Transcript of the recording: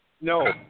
No